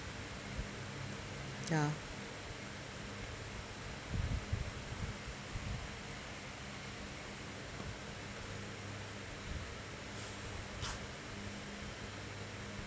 ya